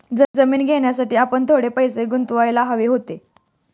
जमीन घेण्यासाठी आपण थोडे पैसे गुंतवायला हवे होते